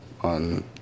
on